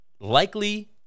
likely